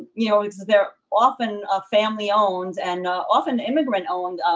you know, because they're often ah family owned and often immigrant owned,